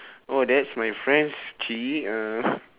oh that's my friend's uh